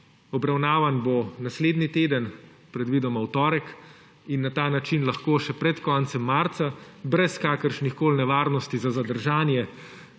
Obravnavan bo naslednji teden, predvidoma v torek, in na ta način lahko še pred koncem marca brez kakršnihkoli nevarnosti za zadržanje